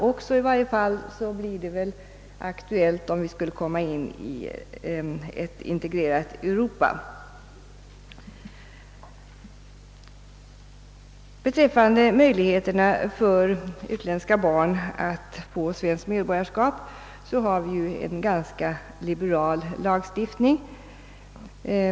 I varje fall blir det väl aktuellt, om vi skulle komma in i ett integrerat Europa. Beträffande möjligheterna för utländska barn att få svenskt medborgarskap har vi ju en ganska liberal lagstiftning.